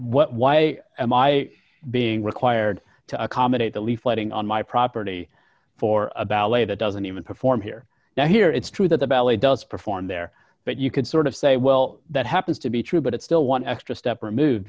but why am i being required to accommodate the leafletting on my property for a ballet that doesn't even perform here now here it's true that the ballet does perform there but you could sort of say well that happens to be true but it's still one extra step removed